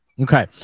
Okay